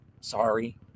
sorry